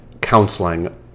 counseling